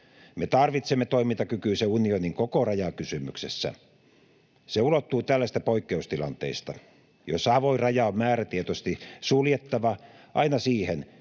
Me tarvitsemme toimintakykyisen unionin koko rajakysymyksessä. Se ulottuu tällaisista poikkeustilanteista, joissa avoin raja on määrätietoisesti suljettava, aina siihen,